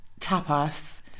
tapas